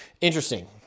interesting